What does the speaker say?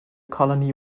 colony